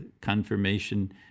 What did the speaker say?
confirmation